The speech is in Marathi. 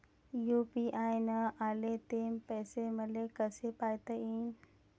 यू.पी.आय न आले ते पैसे मले कसे पायता येईन?